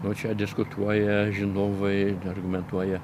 nu čia diskutuoja žinovai argumentuoja